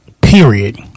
period